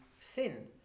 sin